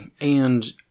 And-